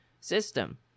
system